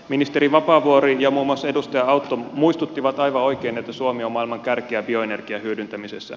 ministeri vapaavuori ja muun muassa edustaja autto muistuttivat aivan oikein että suomi on maailman kärkeä bioenergian hyödyntämisessä